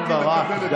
חברת הכנסת קרן ברק,